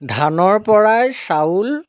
ধানৰ পৰাই চাউল